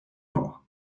for